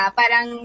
parang